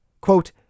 Quote